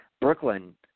Brooklyn